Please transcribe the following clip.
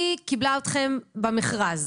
היא קיבלה אתכם במכרז.